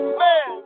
man